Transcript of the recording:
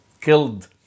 killed